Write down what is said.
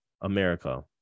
America